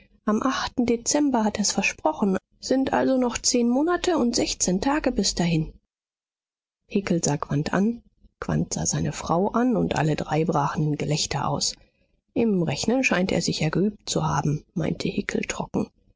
am achten dezember hat er's versprochen sind also noch zehn monate und sechzehn tage bis dahin hickel sah quandt an ouandt sah seine frau an und alle drei brachen in gelächter aus im rechnen scheint er sich ja geübt zu haben meinte hickel trocken